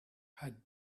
had